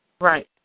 Right